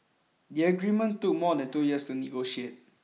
the agreement took more than two years to negotiate